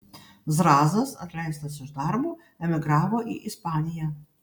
zrazas atleistas iš darbo emigravo į ispaniją